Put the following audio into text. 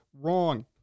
Wrong